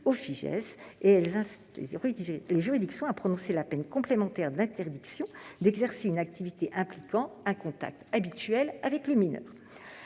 incitent les juridictions à prononcer la peine complémentaire d'interdiction d'exercer une activité impliquant un contact habituel avec un mineur.